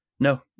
No